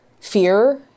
fear